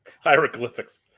Hieroglyphics